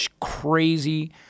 crazy